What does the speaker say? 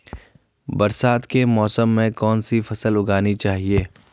बरसात के मौसम में कौन सी फसल उगानी चाहिए?